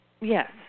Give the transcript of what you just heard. yes